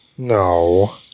No